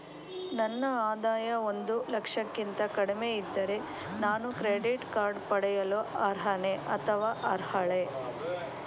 ನನ್ನ ಆದಾಯ ಒಂದು ಲಕ್ಷಕ್ಕಿಂತ ಕಡಿಮೆ ಇದ್ದರೆ ನಾನು ಕ್ರೆಡಿಟ್ ಕಾರ್ಡ್ ಪಡೆಯಲು ಅರ್ಹನೇ ಅಥವಾ ಅರ್ಹಳೆ?